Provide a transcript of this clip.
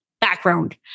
Background